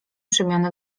przemiany